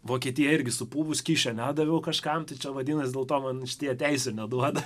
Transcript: vokietija irgi supuvus kyšio nedaviau kažkam tai čia vadinas dėl to man šitie teisių neduoda